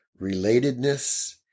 relatedness